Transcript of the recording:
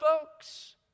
folks